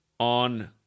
On